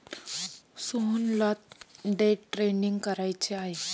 सोहनला day trading करायचे आहे